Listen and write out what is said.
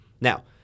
Now